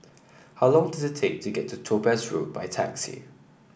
how long does it take to get to Topaz Road by taxi